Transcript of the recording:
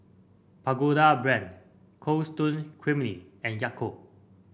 Pagoda Brand Cold Stone Creamery and Yakult